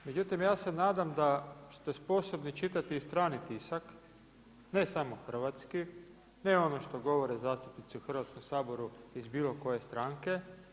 Međutim, ja se nadam da ste sposobni čitati i strani tisak ne samo hrvatski, ne ono što govore zastupnici u Hrvatskom saboru iz bilo koje stranke.